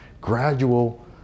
gradual